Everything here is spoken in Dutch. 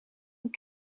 een